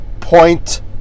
point